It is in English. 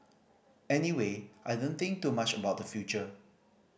anyway I don't think too much about the future